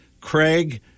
Craig